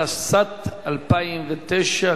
התשס"ט 2009,